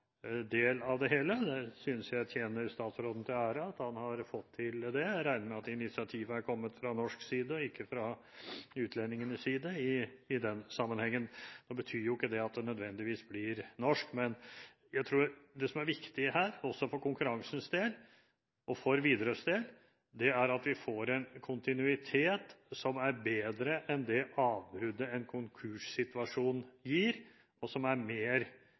hele. Det synes jeg tjener statsråden til ære at han har fått til. Jeg regner med at initiativet er kommet fra norsk side og ikke fra utlendingenes side i den sammenheng. Nå betyr jo ikke det at det nødvendigvis blir norsk. Men jeg tror at det som er viktig her, også for konkurransens del, og for Widerøes del, er at vi får en kontinuitet som er bedre enn det avbruddet en konkurssituasjon gir, og som er mer